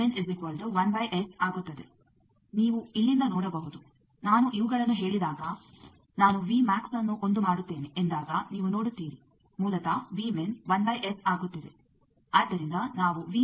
ನೀವು ಇಲ್ಲಿಂದ ನೋಡಬಹುದು ನಾನು ಇವುಗಳನ್ನು ಹೇಳಿದಾಗ ನಾನು ಅನ್ನು ಒಂದು ಮಾಡುತ್ತೇನೆ ಎಂದಾಗ ನೀವು ನೋಡುತ್ತೀರಿ ಮೂಲತಃ ಆಗುತ್ತಿದೆ